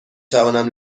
توانم